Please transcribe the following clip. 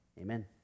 Amen